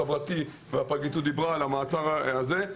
חברתי מהפרקליטות דיברה על המעצר הזה.